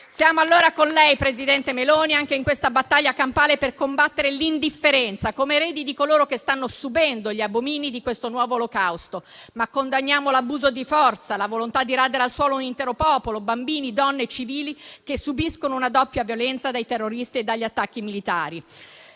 Siamo allora con lei, signora presidente del Consiglio Meloni, anche in questa battaglia campale per combattere l'indifferenza, come eredi di coloro che stanno subendo gli abomini di questo nuovo Olocausto. Condanniamo tuttavia l'abuso di forza, la volontà di radere al suolo un intero popolo, bambini, donne e civili che subiscono una doppia violenza dai terroristi e dagli attacchi militari.